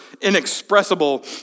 inexpressible